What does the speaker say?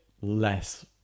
less